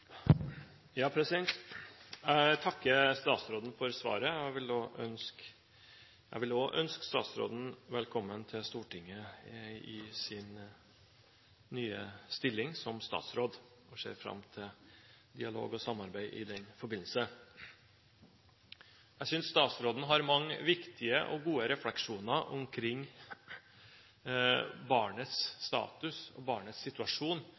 Jeg takker statsråden for svaret. Jeg vil også ønske statsråden velkommen til Stortinget i sin nye stilling som statsråd og ser fram til dialog og samarbeid i den forbindelse. Jeg synes statsråden har mange viktige og gode refleksjoner omkring barnets status og situasjon